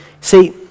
See